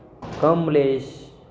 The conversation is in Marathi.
कमलेश